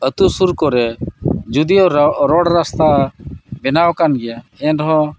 ᱟᱛᱳ ᱥᱩᱨ ᱠᱚᱨᱮ ᱡᱳᱫᱤᱭᱳ ᱨᱟᱥᱛᱟ ᱵᱮᱱᱟᱣ ᱟᱠᱟᱱ ᱜᱮᱭᱟ ᱮᱱ ᱨᱮᱦᱚᱸ